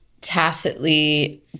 tacitly